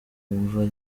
imva